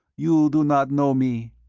you do not know me.